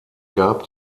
gab